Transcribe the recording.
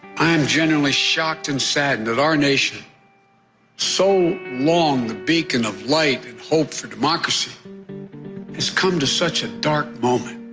i'm genuinely shocked and saddened that our nation so long the beacon of light and hope for democracy is come to such a dark moment.